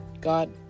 God